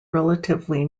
relatively